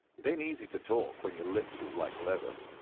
it ain't easy to talk when your lips is like leather,